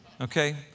okay